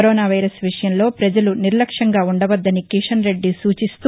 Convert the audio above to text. corona virus విషయంలో పజలు నిర్లక్ష్యంగా ఉండవద్దని కిషన్ రెడ్డి సూచిస్తూ